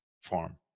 form